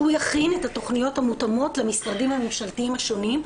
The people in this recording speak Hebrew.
שהוא יכין את התוכניות המותאמות למשרדים הממשלתיים השונים,